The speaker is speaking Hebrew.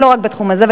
ולא רק בתחום הזה,